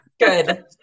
good